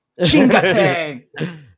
Chingate